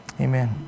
amen